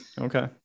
Okay